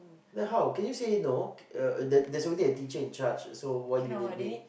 then how can you say no uh the the there's already a teacher-in-charge so why do you need me